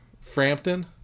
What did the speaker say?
Frampton